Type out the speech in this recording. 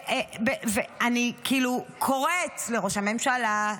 אני כאילו קוראת לראש הממשלה,